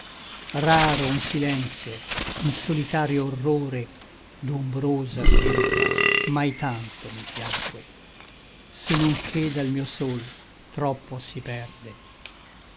raro un silentio un solitario horrore d'ombrosa selva mai tanto mi piacque se non che dal mio sol troppo si perde